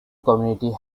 community